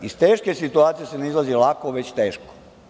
Iz teške situacije se ne izlazi lako već teško.